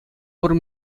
пур